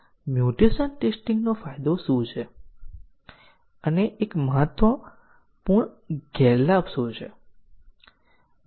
અહીં દરેક સ્ટેટમેન્ટ માટે આપણે બે સેટ વ્યાખ્યાયિત કરીએ છીએ